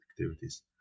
activities